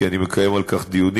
כי אני מקיים על כך דיונים.